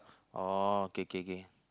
oh kay kay kay